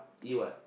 eat what